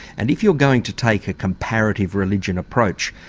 and if you're going to take a comparative religion approach,